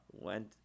went